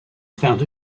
found